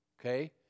Okay